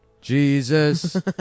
Jesus